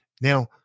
Now